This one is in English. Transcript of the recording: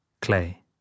Clay